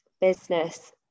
business